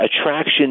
attraction